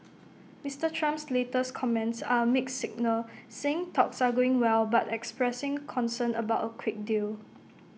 Mister Trump's latest comments are A mixed signal saying talks are going well but expressing concern about A quick deal